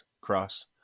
cross